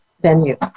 venue